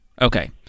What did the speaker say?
Okay